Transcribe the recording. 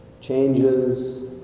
changes